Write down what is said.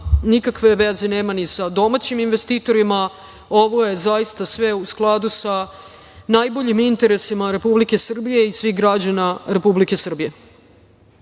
nikakve veze nema ni sa domaćim investitorima, ovo je zaista sve u skladu sa najboljim interesima Republike Srbije i svih građana Republike Srbije